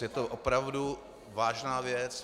Je to opravdu vážná věc.